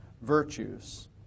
virtues